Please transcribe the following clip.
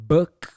Book